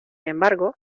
embargo